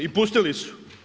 I pustili su.